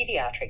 pediatric